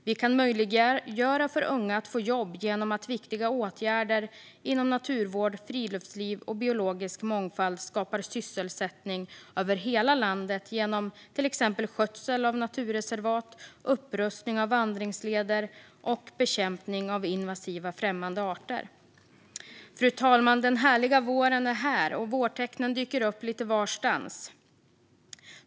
Vi kan möjliggöra för unga att få jobb genom att viktiga åtgärder inom naturvård, friluftsliv och biologisk mångfald skapar sysselsättning över hela landet genom till exempel skötsel av naturreservat, upprustning av vandringsleder och bekämpning av invasiva främmande arter. Fru talman! Den härliga våren är här, och vårtecknen dyker upp lite varstans.